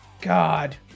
God